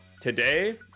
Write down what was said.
Today